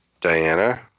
Diana